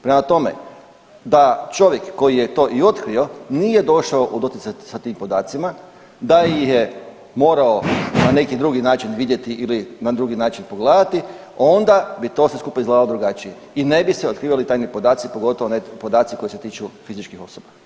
Prema tome, da čovjek koji je to i otkrio nije došao u doticaj sa tim podacima, da ih je morao na neki drugi način vidjeti ili na drugi način pogledati onda bi to sve skupa izgledalo drugačije i ne bi se otkrivali tajni podaci, pogotovo ne podaci koji se tiču fizičkih osoba.